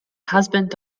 husband